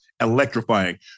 electrifying